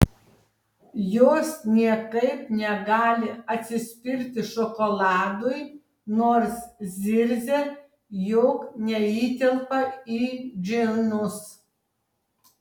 jos niekaip negali atsispirti šokoladui nors zirzia jog neįtelpa į džinus